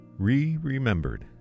Re-Remembered